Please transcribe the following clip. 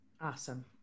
Awesome